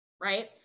right